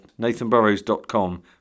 nathanburrows.com